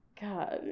God